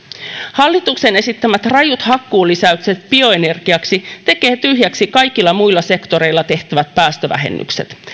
hallituksen esittämät rajut hakkuulisäykset bioenergiaksi tekevät tyhjäksi kaikilla muilla sektoreilla tehtävät päästövähennykset